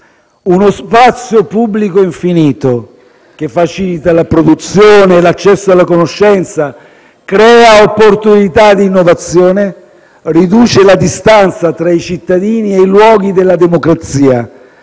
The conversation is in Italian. uno spazio pubblico infinito che facilita la produzione, l'accesso alla conoscenza, crea opportunità ed innovazione, riduce la distanza tra i cittadini e i luoghi della democrazia,